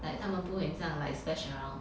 like 它们不会很像 like splash around